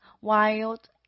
wild